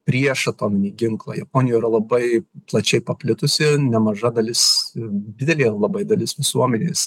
prieš atominį ginklą japonijoj yra labai plačiai paplitusi nemaža dalis didelė labai dalis visuomenės